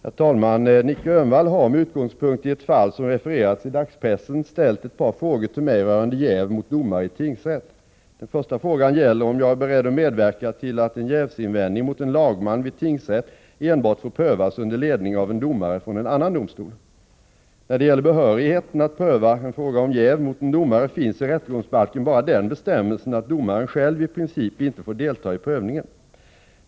Herr talman! Nic Grönvall har, med utgångspunkt i ett fall som refererats i dagspressen, ställt ett par frågor till mig rörande jäv mot domare i tingsrätt. Den första frågan gäller om jag är beredd att medverka till att en jävsinvändning mot en lagman vid tingsrätt enbart får prövas under ledning av en domare från en annan domstol. När det gäller behörigheten att pröva en fråga om jäv mot en domare finns i rättegångsbalken bara den bestämmelsen att domaren själv i princip inte får delta i prövningen.